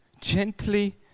gently